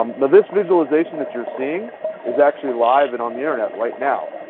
um now this visualization that you are seeing is actually live and on the internet right now.